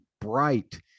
bright